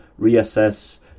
reassess